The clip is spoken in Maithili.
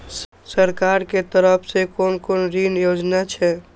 सरकार के तरफ से कोन कोन ऋण योजना छै?